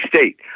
State